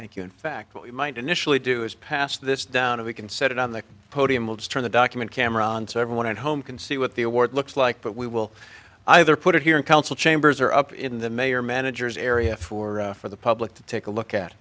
thank you in fact we might initially do is pass this down or we can set it on the podium we'll turn the document camera on so everyone at home can see what the award looks like but we will either put it here in council chambers or up in the mayor manager's area for for the public to take a look at